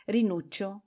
Rinuccio